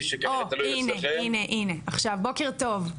בוקר טוב,